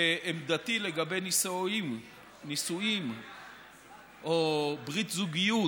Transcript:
שעמדתי לגבי נישואים או ברית זוגיות